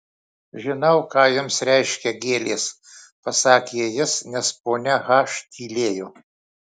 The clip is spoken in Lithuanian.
žinau ką jums reiškia gėlės pasakė jis nes ponia h tylėjo